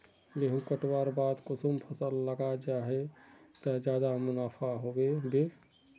गेंहू कटवार बाद कुंसम फसल लगा जाहा बे ते ज्यादा मुनाफा होबे बे?